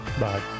Bye